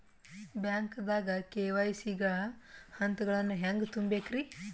ಬ್ಯಾಂಕ್ದಾಗ ಕೆ.ವೈ.ಸಿ ಗ ಹಂತಗಳನ್ನ ಹೆಂಗ್ ತುಂಬೇಕ್ರಿ?